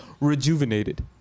rejuvenated